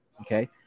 okay